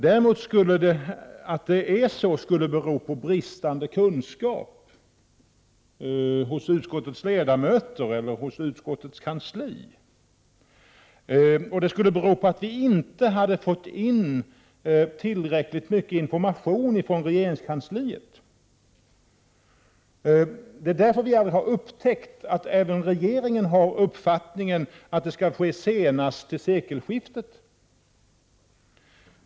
Men hon hävdar att det beror på bristande kunskap hos utskottets ledamöter eller hos utskottets kansli, och det skulle bero på att vi inte fått tillräckligt mycket information från regeringskansliet. Hon menar att det är därför vi aldrig har upptäckt att även regeringen har den uppfattningen att dessa klorutsläpp skall bort senast till sekelskiftet.